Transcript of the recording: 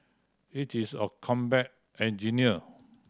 it is a combat engineer